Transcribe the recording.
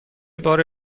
بار